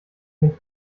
nicht